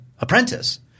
apprentice